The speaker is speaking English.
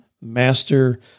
master